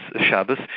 Shabbos